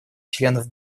членов